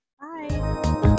Bye